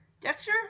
Dexter